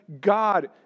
God